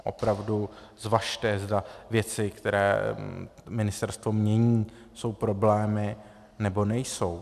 Opravdu zvažte, zda věci, které ministerstvo mění, jsou problémy, nebo nejsou.